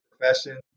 profession